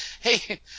Hey